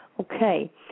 Okay